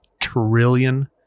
trillion